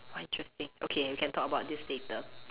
quite interesting okay we can talk about this later